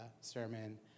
sermon